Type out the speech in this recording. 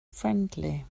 friendly